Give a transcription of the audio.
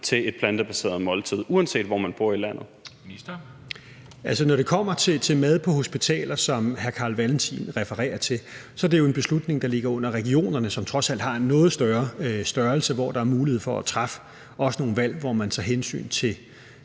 for fødevarer, landbrug og fiskeri (Rasmus Prehn): Altså, når det kommer til mad på hospitalerne, som hr. Carl Valentin refererer til, er det jo en beslutning, der ligger under regionerne, som trods alt har en noget større størrelse, og hvor der er mulighed for at træffe nogle valg, hvor man også tager hensyn til